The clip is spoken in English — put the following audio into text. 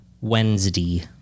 Wednesday